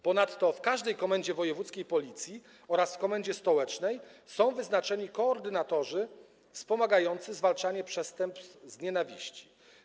Ponadto w każdej komendzie wojewódzkiej Policji oraz w komendzie stołecznej są wyznaczeni koordynatorzy wspomagający zwalczanie przestępstw z nienawiści.